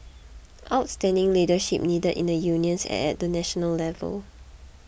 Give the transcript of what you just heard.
outstanding leadership needed in the unions and at the national level